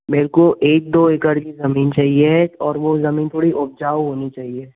मेरे को एक दो एकड़ की ज़मीन चाहिए और वो ज़मीन थोड़ी उपजाऊ होनी चाहिए